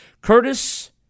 Curtis